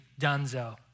dunzo